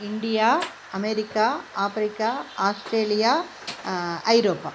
India America Africa Australia Europe